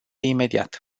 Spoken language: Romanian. imediat